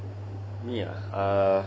ya uh